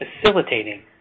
facilitating